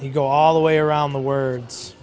and go all the way around the words